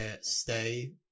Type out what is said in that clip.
stay